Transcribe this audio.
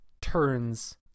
turns